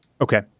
Okay